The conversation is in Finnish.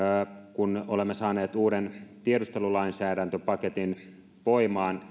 kun olemme saaneet uuden tiedustelulainsäädäntöpaketin voimaan